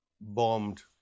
bombed